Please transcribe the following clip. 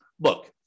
look